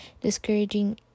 discouraging